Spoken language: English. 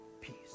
Peace